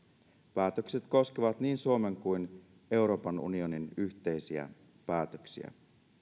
päätökset koskevat niin suomen kuin euroopan unionin yhteisiä päätöksiä